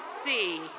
see